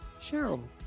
Cheryl